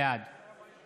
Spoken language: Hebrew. בעד